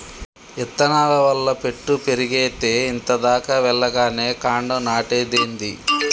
ఇత్తనాల వల్ల పెట్టు పెరిగేతే ఇంత దాకా వెల్లగానే కాండం నాటేదేంది